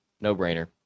no-brainer